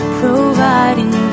providing